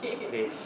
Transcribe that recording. okay